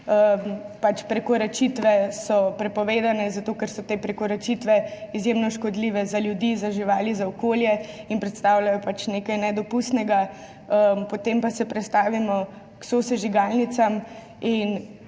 Prekoračitve so prepovedane, zato ker so te prekoračitve izjemno škodljive, za ljudi, za živali, za okolje, in predstavljajo nekaj nedopustnega. Potem pa se prestavimo k sosežigalnicam